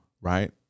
right